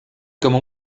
como